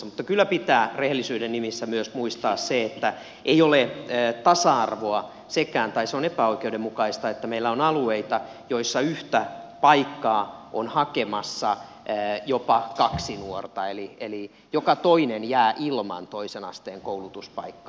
mutta kyllä pitää rehellisyyden nimissä muistaa myös se että ei ole vieneet tasa arvoa sekä on epäoikeudenmukaista että meillä on alueita joilla yhtä paikkaa on hakemassa jopa kaksi nuorta eli joka toinen jää ilman toisen asteen koulutuspaikkaa